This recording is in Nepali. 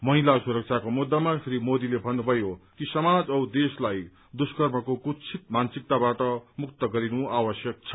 महिला सुरक्षाको मुद्दामा श्री मोदीले भन्नुभयो कि समाज औ देशलाई दुष्कर्मको कुत्सित मानसिकताबाट मुक्त गरिनु आवश्यक छ